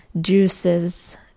juices